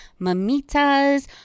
Mamitas